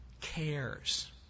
cares